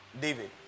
David